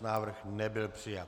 Návrh nebyl přijat.